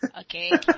Okay